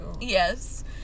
Yes